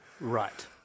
Right